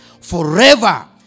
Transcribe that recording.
forever